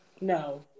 no